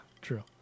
true